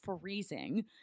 freezing